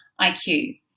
IQ